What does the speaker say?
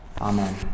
Amen